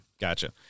Gotcha